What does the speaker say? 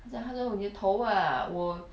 她讲 hello 你的头 ah 我